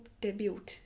debut